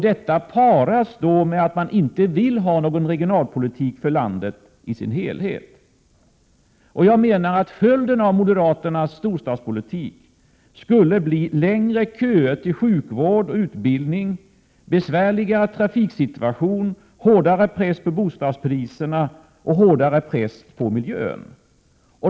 Detta paras med att man inte vill ha någon regionalpolitik för landet i dess helhet. Jag menar att följden av moderaternas storstadspolitik skulle bli längre köer till sjukvård och utbildning, besvärligare trafiksituation, hårdare press uppåt på bostadspriserna och hårdare tryck på miljön.